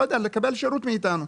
לקבל שירות מאיתנו,